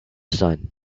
sun